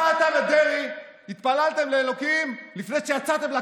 מתי אתה ודרעי התפללתם לאלוקים לפני שיצאתם לקרב?